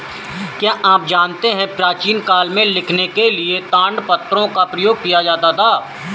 क्या आप जानते है प्राचीन काल में लिखने के लिए ताड़पत्रों का प्रयोग किया जाता था?